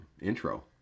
intro